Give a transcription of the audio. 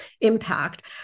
Impact